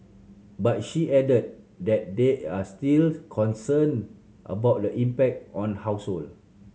but she added that there are still concern about the impact on household